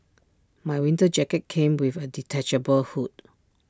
my winter jacket came with A detachable hood